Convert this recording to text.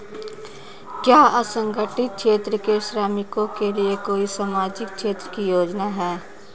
क्या असंगठित क्षेत्र के श्रमिकों के लिए कोई सामाजिक क्षेत्र की योजना है?